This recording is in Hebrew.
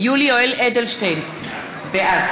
יולי יואל אדלשטיין, בעד